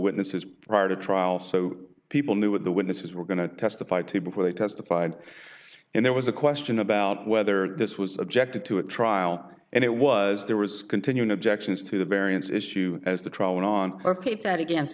witnesses prior to trial so people knew what the witnesses were going to testify to before they testified and there was a question about whether this was objected to a trial and it was there was continuing objections to the variance issue as the trial went on and keep that against